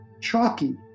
chalky